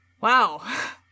Wow